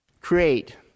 create